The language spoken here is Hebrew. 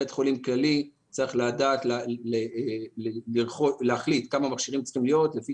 בית חולים כללי צריך לדעת להחליט כמה מכשירים צריכים להיות לפי